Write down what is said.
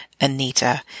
Anita